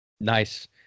Nice